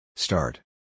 Start